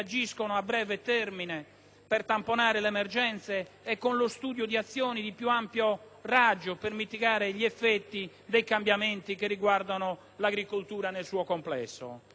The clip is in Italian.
per tamponare le emergenze e con lo studio di azioni di più ampio raggio per mitigare gli effetti dei cambiamenti che riguardano l'agricoltura nel suo complesso. I nostri agricoltori